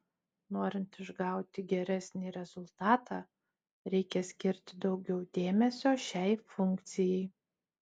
norint išgauti geresnį rezultatą reikia skirti daugiau dėmesio šiai funkcijai